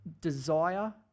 desire